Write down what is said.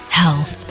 health